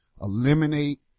eliminate